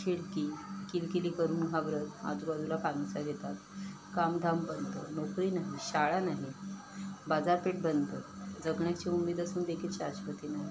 खिडकी किलकिली करून घाबरत आजूबाजूला माणसं येतात कामधाम बनतं नोकरी नाही शाळा नाही बाजारपेठ बनतं जगण्याची उम्मीद असून देखील शाश्वती नाही